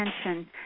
attention